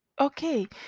okay